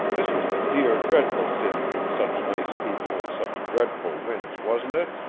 this was a dear, dreadful city with such nice people and such dreadful winds, wasn't it?